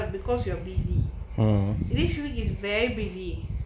because you are busy issue is very busy